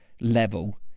level